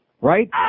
right